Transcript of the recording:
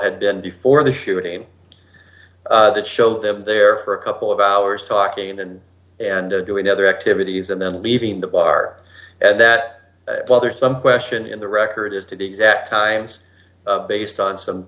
had been before the shooting that showed them there for a couple of hours talking and and doing other activities and then leaving the bar and that while there's some question in the record is to be exact times based on